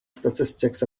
statistics